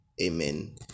amen